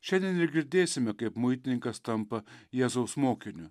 šiandien ir girdėsime kaip muitininkas tampa jėzaus mokiniu